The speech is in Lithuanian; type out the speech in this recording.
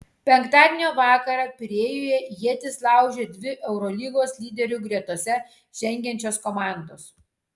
penktadienio vakarą pirėjuje ietis laužė dvi eurolygos lyderių gretose žengiančios komandos